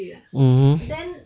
hmm